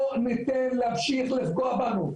לא ניתן להמשיך לפגוע בנו,